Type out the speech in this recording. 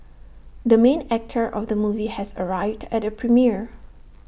the main actor of the movie has arrived at the premiere